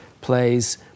plays